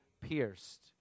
pierced